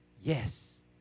Yes